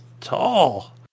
tall